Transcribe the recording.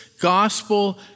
gospel